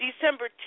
December